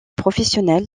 professionnel